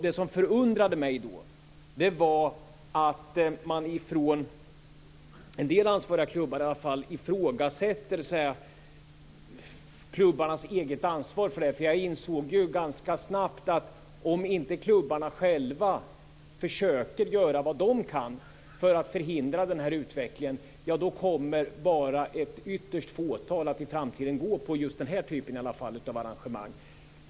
Det som förundrade mig var att man i en del ansvariga klubbar ifrågasätter klubbarnas eget ansvar för det här. Jag insåg ganska snabbt att om inte klubbarna själva försöker göra vad de kan för att förhindra den här utvecklingen kommer bara ett ytterst litet fåtal att i framtiden gå på den här typen av arrangemang.